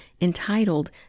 entitled